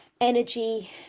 energy